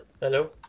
Hello